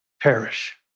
perish